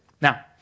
Now